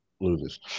loses